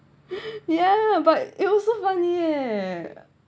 yeah but it also funny eh